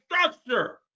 structure